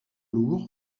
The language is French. lourd